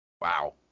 Wow